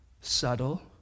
subtle